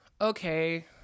okay